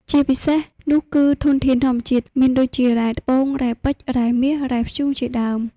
ជាពិសេសនោះ គឺធនធានធម្មជាតិ មានដូចជា រ៉ែត្បូង រ៉ែពេជ្រ រ៉ែមាស រ៉ែធ្យូង ជាដើម។